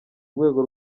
rwego